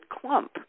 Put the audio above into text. clump